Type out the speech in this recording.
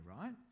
right